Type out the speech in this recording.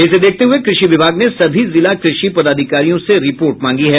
इसे देखते हुये कृषि विभाग ने सभी जिला कृषि पदाधिकारियों से रिपोर्ट मांगी है